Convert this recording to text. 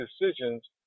decisions